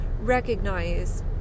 recognize